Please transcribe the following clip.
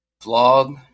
vlog